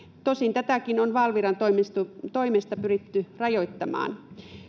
tosin tätäkin on valviran toimesta toimesta pyritty rajoittamaan